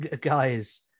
guys